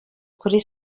kuri